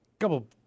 Couple